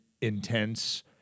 intense